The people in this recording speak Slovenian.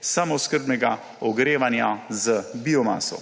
samooskrbnega ogrevanja z biomaso.